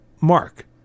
Mark